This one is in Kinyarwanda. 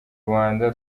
rwanda